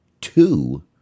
Two